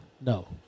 No